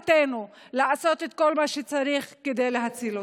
וחובתנו לעשות את כל מה שצריך כדי להציל אותם.